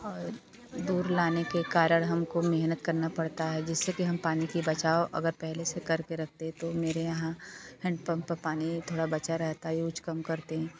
और दूर लाने के कारण हमको मेहनत करना पड़ता है जिससे कि हम पानी की बचाव अगर पहले से कर के रखते तो मेरे यहाँ हैंडपंप पानी थोड़ा बचा रहता है यूज कम करते हैं